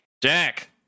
jack